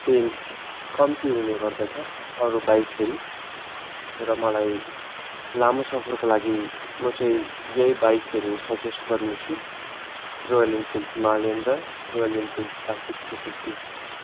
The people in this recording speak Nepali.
पेन कम्ती हुने गर्दछ अरू बाइक हेरी र मलाई लामो सफरको लागि म चाहिँ यही बाइकहरू सजेस्ट गर्नेछु रोयल इनफिल्ड हिमालयन र Royal Enfield Classic three fifty